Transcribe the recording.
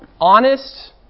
honest